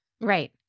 Right